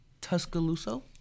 Tuscaloosa